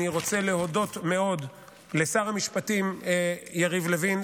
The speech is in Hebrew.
אני רוצה להודות מאוד לשר המשפטים יריב לוין,